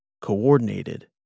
coordinated